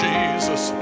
Jesus